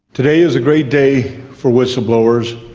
today is a great day for whistleblowers,